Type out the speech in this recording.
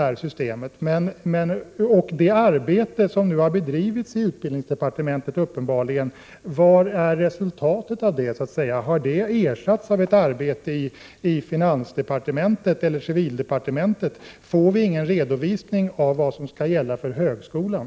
Var är resultatet av det arbete som uppenbarligen har bedrivits inom utbildningsdepartementet? Har arbetet i utbildningsdepartementet ersatts av ett arbete inom finansdepartementet eller civildepartementet? Får vi ingen redovisning för vad som skall gälla för högskolan?